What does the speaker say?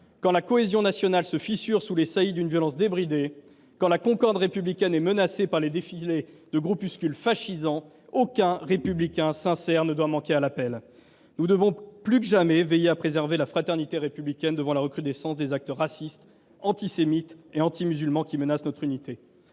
Quand la cohésion nationale se fissure sous les saillies d’une violence débridée, quand la concorde républicaine est menacée par les défilés de groupuscules fascisants, aucun républicain sincère ne doit manquer à l’appel. Nous devons plus que jamais veiller à préserver la fraternité républicaine devant la recrudescence des actes racistes, antisémites et antimusulmans, qui menacent notre unité.